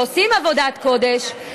שעושים עבודת קודש.